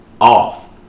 off